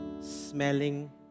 Smelling